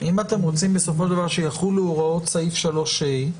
שבסופו של דבר יחולו הוראות סעיף 3ה,